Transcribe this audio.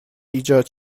ایجاد